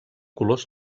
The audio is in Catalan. colors